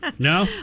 No